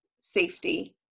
safety